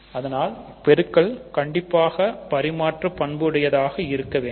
அதனால்பெருக்கல் கண்டிப்பாக பரிமாற்று பண்பு உடையதாக இருக்க வேண்டும்